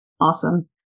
awesome